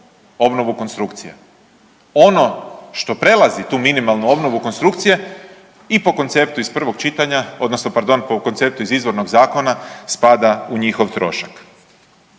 obnovu konstrukcije. Ono što prelazi tu minimalnu obnovu konstrukcije i po konceptu iz prvog čitanja odnosno